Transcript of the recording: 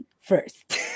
first